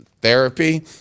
therapy